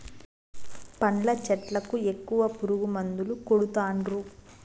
పండ్ల చెట్లకు ఎక్కువ పురుగు మందులు కొడుతాన్రు